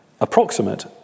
approximate